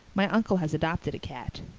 my unkle has adopted a cat.